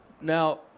Now